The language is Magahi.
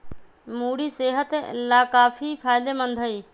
मूरी सेहत लाकाफी फायदेमंद हई